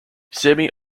sami